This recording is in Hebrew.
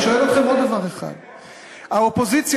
אני שואל אתכם עוד דבר אחד: האופוזיציה,